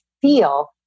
feel